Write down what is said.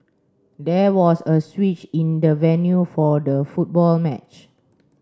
there was a switch in the venue for the football match